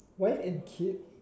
wife and kids